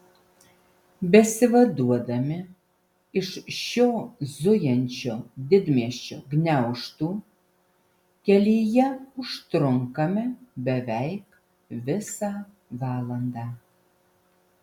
besivaduodami iš šio zujančio didmiesčio gniaužtų kelyje užtrunkame beveik visą valandą